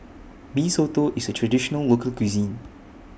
Mee Soto IS A Traditional Local Cuisine